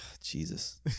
Jesus